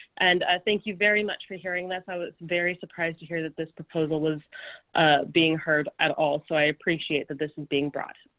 and thank you very much for hearing this, i was very surprised to hear that this proposal was being heard at all. so i appreciate that this is being brought